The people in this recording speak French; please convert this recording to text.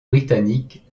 britannique